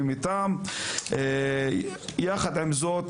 עם זאת,